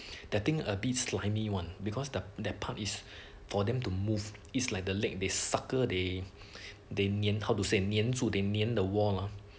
getting a bit slimy one because the that part is for them to move is like the leg this sucker they they 黏 how to say 黏住黏 near the wall ah